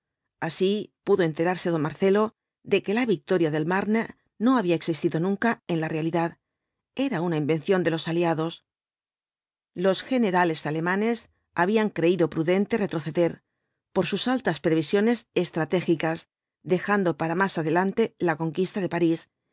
así pudo enterarse don marcelo de que la victoria del mame no había existido nunca en la realidad era una invención de los aliados los generales alemanes habían creído prudente retroceder por sus altas previsiones estratégicas dejando para más adelante la conquista de parís